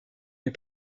les